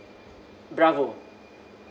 bravo